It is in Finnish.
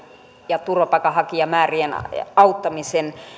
ja turvapaikanhakijamäärien auttamisen